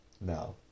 no